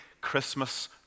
Christmas